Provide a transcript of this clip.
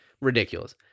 ridiculous